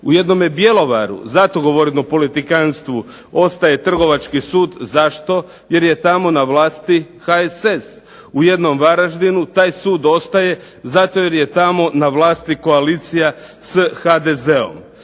U jednome Bjelovaru, zato govorim o politikantstvu, ostaje trgovački sud, zašto, jer je tamo na vlasti HSS. U jednom Varaždinu taj sud ostaje zato jer je tamo na vlasti koalicija s HDZ-om.